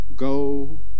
Go